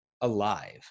alive